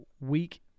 week